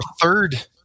third